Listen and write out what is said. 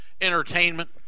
entertainment